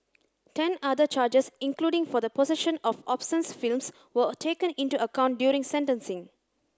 ten other charges including for the possession of obscene films were taken into account during sentencing